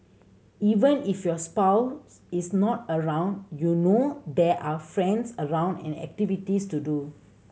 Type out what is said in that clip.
even if your spouse is not around you know there are friends around and activities to do